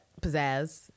pizzazz